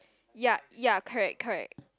ya ya correct correct